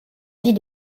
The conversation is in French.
vie